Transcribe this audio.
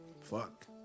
fuck